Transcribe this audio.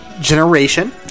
generation